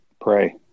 pray